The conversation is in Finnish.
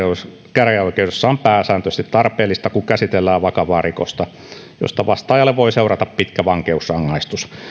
käräjäoikeudessa on pääsääntöisesti tarpeellista kun käsitellään vakavaa rikosta josta vastaajalle voi seurata pitkä vankeusrangaistus